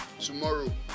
tomorrow